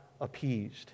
appeased